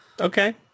okay